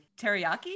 Teriyaki